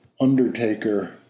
undertaker